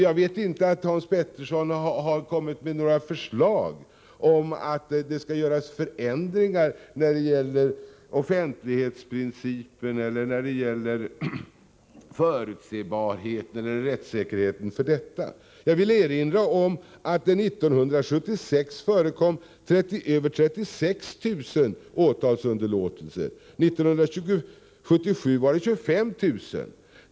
Jag vet inte att Hans Petersson har kommit med några förslag om att det skall göras förändringar när det gäller offentlighetsprincipen eller när det gäller förutsebarheten eller rättssäkerheten för detta. Jag vill erinra om att det 1976 förekom över 36 000 åtalsunderlåtelser. 1977 var det 25 000.